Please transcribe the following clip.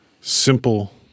simple